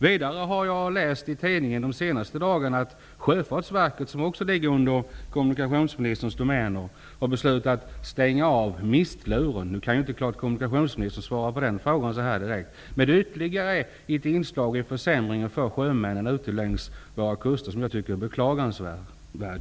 Vidare har jag de senaste dagarna läst i tidningarna att Sjöfartsverket, som också ligger under kommunikationsministerns domäner, har beslutat att stänga av mistluren. Nu kan förstås inte kommunikationsministern svara på den här frågan så här direkt, men för sjömännen ute längs våra kuster är detta ett ytterligare inslag av försämring som jag tycker är beklagansvärd.